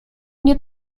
mnie